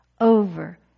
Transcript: over